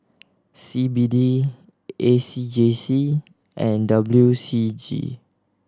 C B D A C J C and W C G